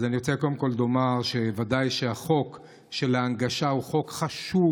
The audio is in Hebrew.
אני רוצה קודם כול לומר שוודאי שהחוק של ההנגשה הוא חוק חשוב,